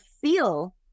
feel